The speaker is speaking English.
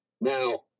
Now